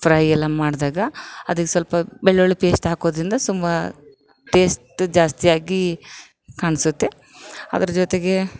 fry ಎಲ್ಲ ಮಾಡಿದಾಗ ಅದಕ್ಕೆ ಸ್ವಲ್ಪ ಬೆಳ್ಳುಳ್ಳಿ ಪೇಸ್ಟ್ ಹಾಕೋದ್ರಿಂದ ತುಂಬಾ ಟೇಸ್ಟ್ ಜಾಸ್ತಿಯಾಗಿ ಕಾಣಿಸುತ್ತೆ ಅದ್ರ ಜೊತೆಗೆ